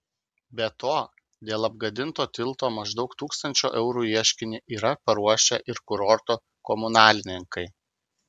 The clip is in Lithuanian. be to dėl apgadinto tilto maždaug tūkstančio eurų ieškinį yra paruošę ir kurorto komunalininkai